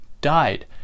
died